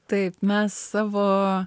taip mes savo